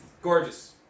Gorgeous